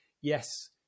yes